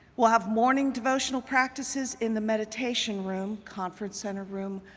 we'll have morning devotional practices in the meditation room, conference center room,